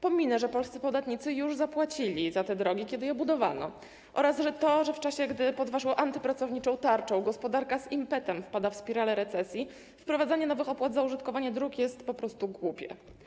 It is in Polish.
Pominę, że polscy podatnicy już zapłacili za te drogi, kiedy je budowano, oraz to, że w czasie, gdy pod waszą antypracowniczą tarczą gospodarka z impetem wpada w spiralę recesji, wprowadzanie nowych opłat za użytkowanie dróg jest po prostu głupie.